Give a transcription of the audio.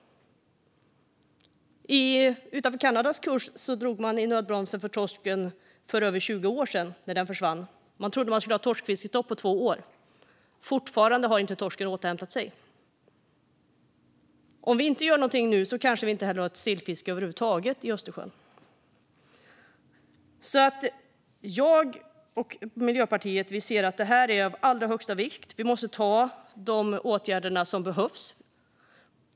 När torsken försvann utanför Kanadas kust för över tjugo år sedan drog man i nödbromsen. Man trodde att man skulle ha ett torskfiskestopp på två år, men torsken har fortfarande inte återhämtat sig. Om vi inte gör någonting nu kanske vi inte har något sillfiske över huvud taget i Östersjön heller. Jag och Miljöpartiet ser att detta är av allra största vikt. Vi måste vidta de åtgärder som behövs.